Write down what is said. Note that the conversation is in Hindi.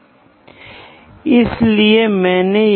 इसलिए और फिर वहाँ से हम इसे मापना शुरू करते हैं